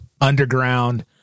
underground